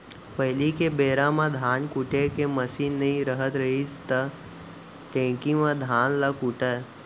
पहिली के बेरा म धान कुटे के मसीन नइ रहत रहिस त ढेंकी म धान ल कूटयँ